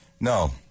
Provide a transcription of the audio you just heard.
No